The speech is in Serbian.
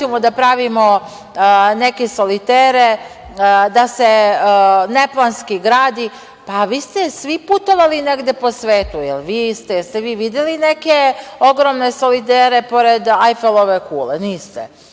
da pravimo neke solitere, da se neplanski gradi. Vi se svi putovali negde po svetu. Da li ste vi videli neke ogromne solitere pored Ajfelove kule? Niste.